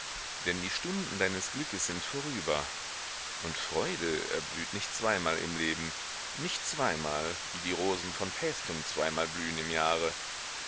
denn die stunden deines glückes sind vorüber und freude erblüht nicht zweimal im leben nicht zweimal wie die rosen von paestum zweimal blühen im jahre